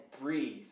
breathe